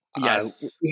Yes